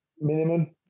minimum